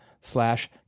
slash